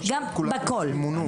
ובהכול.